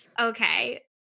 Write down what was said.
okay